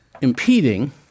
impeding